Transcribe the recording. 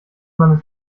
man